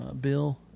bill